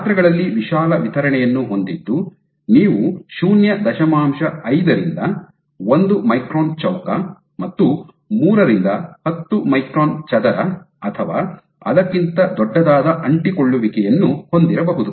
ಗಾತ್ರಗಳಲ್ಲಿ ವಿಶಾಲ ವಿತರಣೆಯನ್ನು ಹೊಂದಿದ್ದು ನೀವು ಶೂನ್ಯ ದಶಮಾಂಶ ಐದು ರಿಂದ ಒಂದು ಮೈಕ್ರಾನ್ ಚೌಕ ಮತ್ತು ಮೂರರಿಂದ ಹತ್ತು ಮೈಕ್ರಾನ್ ಚದರ ಅಥವಾ ಅದಕ್ಕಿಂತ ದೊಡ್ಡದಾದ ಅಂಟಿಕೊಳ್ಳುವಿಕೆಯನ್ನು ಹೊಂದಿರಬಹುದು